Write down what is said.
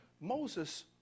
Moses